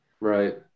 right